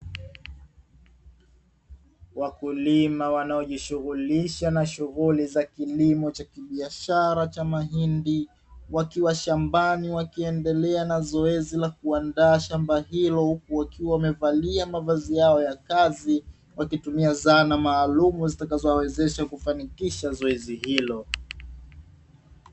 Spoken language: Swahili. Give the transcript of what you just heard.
Wakulima wanojishughulisha na shughuli za kilimo cha kibiashara cha mahindi wakiwa shambani, wakiendelea na zoezi la kuandaa shamba hilo huku wakiwa wamevalia mavazi yao ya kazi, wakitumia zana maalumu zitakazowawezesha kufanikisha zoezi hilo.